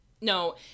no